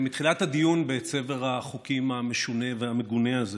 מתחילת הדיון בצבר החוקים המשונה והמגונה הזה